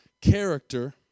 Character